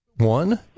one